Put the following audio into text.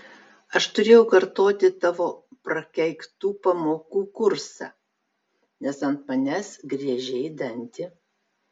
aš turėjau kartoti tavo prakeiktų pamokų kursą nes ant manęs griežei dantį